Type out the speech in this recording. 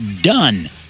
done